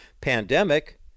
pandemic